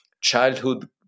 childhood